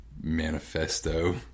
Manifesto